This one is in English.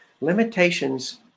limitations